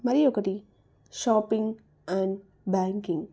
మరి ఒకటి shopping and banking